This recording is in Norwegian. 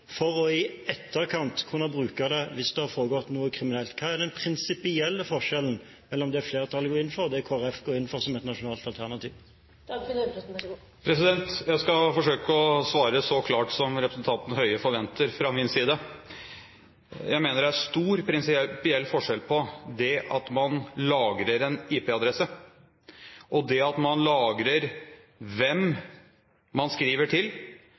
abonnenter, for i etterkant å kunne bruke det hvis det har foregått noe kriminelt? Hva er den prinsipielle forskjellen mellom det flertallet går inn for, og det Kristelig Folkeparti går inn for som et nasjonalt alternativ? Jeg skal forsøke å svare så klart som representanten Høie forventer fra min side. Jeg mener det er stor prinsipiell forskjell på det at man lagrer en IP-adresse, og det at man lagrer hvem man skriver til,